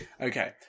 Okay